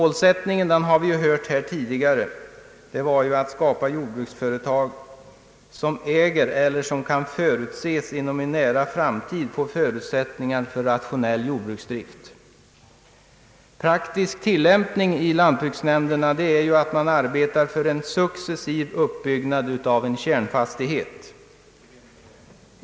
Som vi hört tidigare, är målsättningen att skapa jordbruksföretag som äger eller som kan förutses inom en nära framtid få förutsättningar för rationell jordbruksdrift. Den praktiska tillämpningen i lantbruksnämnderna innebär att man arbetar för en successiv uppbyggnad av en kärnfastighet.